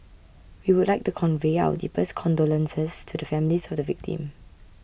we would like to convey our deepest condolences to the families of the victims